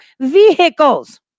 vehicles